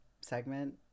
segment